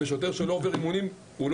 שוטר שלא עובר אימונים לא